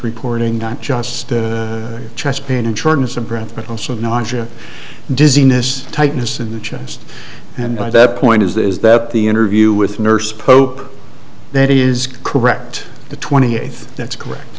reporting not just chest pain and shortness of breath but also no anja dizziness tightness in the chest and by that point is that the interview with nurse pope that is correct the twenty eighth that's correct